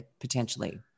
potentially